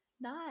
Nice